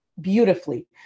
beautifully